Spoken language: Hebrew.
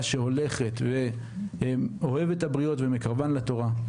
שהולכת ואוהבת את הבריות ומקרבן לתורה.